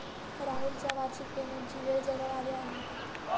राहुलच्या वार्षिक पेमेंटची वेळ जवळ आली आहे